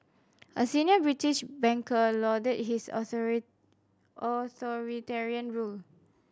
a senior British banker lauded his authoritarian rule